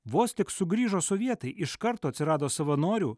vos tik sugrįžo sovietai iš kart atsirado savanorių